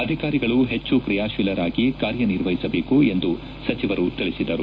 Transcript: ಅಧಿಕಾರಿಗಳು ಹೆಚ್ಚು ಕ್ರಿಯಾಶೀಲರಾಗಿ ಕಾರ್ಯನಿರ್ವಹಿಸಬೇಕು ಎಂದು ಸಚಿವರು ತಿಳಿಸಿದರು